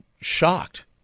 shocked